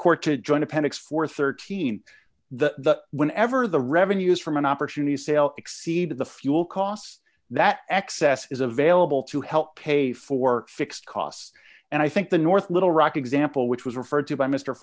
court to join appendix for thirteen dollars the whenever the revenues from an opportunity sale exceed the fuel costs that excess is available to help pay for fixed costs and i think the north little rock example which was referred to by mr